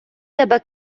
тебе